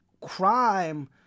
crime